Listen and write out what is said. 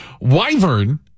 Wyvern